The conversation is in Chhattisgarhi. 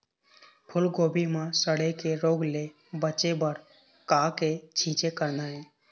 फूलगोभी म सड़े के रोग ले बचे बर का के छींचे करना ये?